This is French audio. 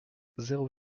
zéro